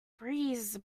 breeze